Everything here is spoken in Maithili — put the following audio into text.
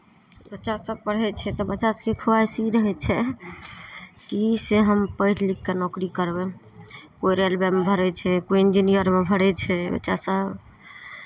बच्चासभ पढ़ै छै तऽ बच्चासभके खुआइश ई रहै छै कि से हम पढ़ि लिखि कऽ नौकरी करबै कोइ रेलवेमे भरै छै कोइ इंजीनियरमे भरै छै बच्चासभ